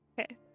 Okay